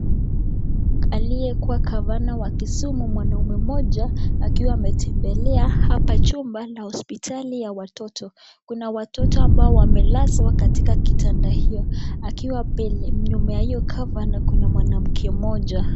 Aliyekuwa gavana wa Kisumu wanamume mmoja, akiwa ametembelea hapa chumba ya hospitali ya watoto. Kuna watoto ambao wamelazwa katika kitanda hiyo. Akiwa nyuma ya hiyo cover na kuna mwanamke mmoja.